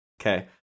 Okay